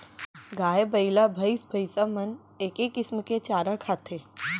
गाय, बइला, भईंस भईंसा मन एके किसम के चारा खाथें